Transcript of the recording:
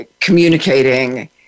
communicating